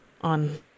on